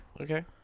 Okay